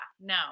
no